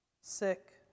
sick